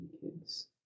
Kids